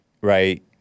Right